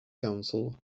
council